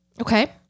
Okay